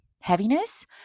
heaviness